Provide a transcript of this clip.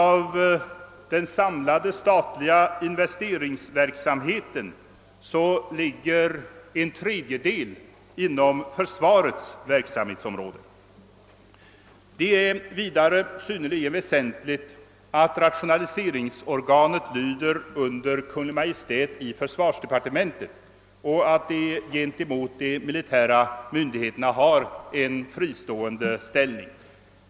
Av den samlade statliga investeringsverksamheten ligger en tredjedel inom försvarets verksamhetsområde. Det är vidare synnerligen väsentligt att rationaliseringsorganet lyder under Kungl. Maj:t i försvarsdepartementet och att det gentemot de militära myndigheterna har en fristående ställning.